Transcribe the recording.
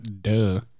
duh